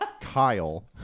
Kyle